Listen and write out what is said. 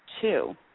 two